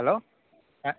hello a